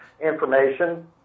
information